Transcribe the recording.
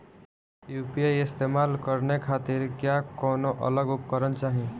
UPI इस्तेमाल करने खातिर क्या कौनो अलग उपकरण चाहीं?